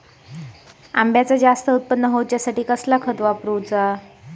अम्याचा जास्त उत्पन्न होवचासाठी कसला खत वापरू?